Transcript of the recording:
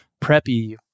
preppy